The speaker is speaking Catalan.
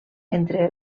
entre